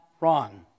wrong